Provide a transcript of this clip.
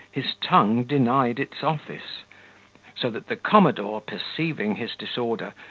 his tongue denied its office so that the commodore, perceiving his disorder,